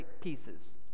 pieces